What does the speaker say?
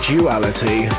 Duality